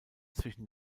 zwischen